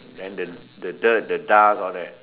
then the the dirt the dust all that